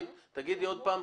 תאמרי שוב.